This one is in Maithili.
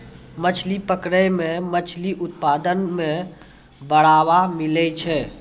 मछली पकड़ै मे मछली उत्पादन मे बड़ावा मिलै छै